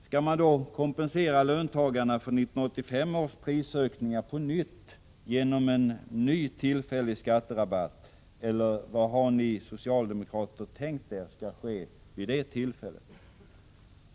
Skall man då kompensera löntagarna för 1985 års prisökningar på nytt genom en ny tillfällig skatterabatt, eller vad har ni socialdemokrater tänkt er skall ske vid det tillfället?